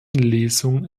lesung